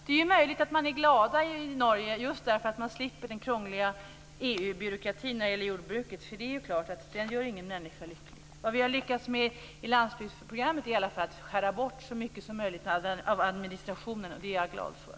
Det är möjligt att man är glada i Norge för att man slipper den krångliga EU byråkratin inom jordbruket. Den gör ingen människa lycklig. I landsbygdsprogrammet har vi i alla fall lyckats att skära bort så mycket som möjligt av administrationen. Det är jag glad för.